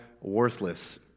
worthless